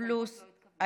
נמנע אחד.